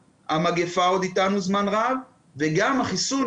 המגפה עוד איתנו זמן רב וגם החיסון.